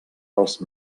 dels